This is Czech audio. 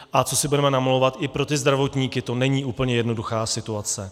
A co si budeme namlouvat, i pro ty zdravotníky to není úplně jednoduchá situace.